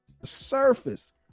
surface